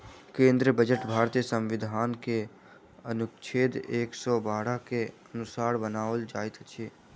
केंद्रीय बजट भारतीय संविधान के अनुच्छेद एक सौ बारह के अनुसार बनाओल जाइत अछि